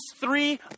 three